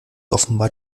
offenbar